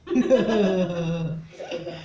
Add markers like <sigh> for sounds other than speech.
<laughs>